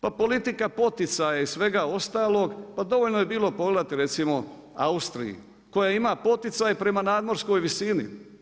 Pa politika poticaja i svega ostalog, pa dovoljno je bilo pogledati recimo Austriju koja ima poticaj prema nadmorskoj visini.